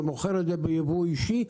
שמוכר את זה בייבוא אישי,